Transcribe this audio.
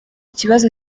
kibazo